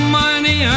money